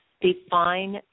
define